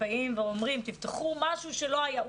באים ואומרים "תפתחו משהו שלא היה פתוח".